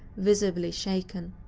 visibly shaken.